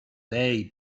dei